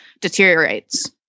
deteriorates